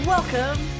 Welcome